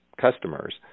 customers